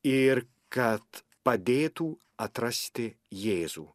ir kad padėtų atrasti jėzų